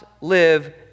live